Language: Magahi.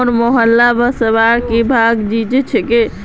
मोर मोहल्लार सबला बुजुर्गक वृद्धा पेंशनेर लाभ मि ल छेक